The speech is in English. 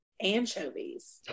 anchovies